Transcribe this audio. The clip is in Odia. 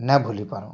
ନାଏ ଭୁଲି ପାରୁ